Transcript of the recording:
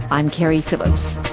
i'm keri phillips